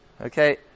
Okay